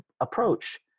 approach